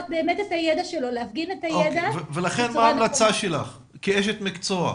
ולהפגין את הידע --- לכן מה ההמלצה שלך כאשת מקצוע?